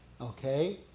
Okay